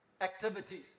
activities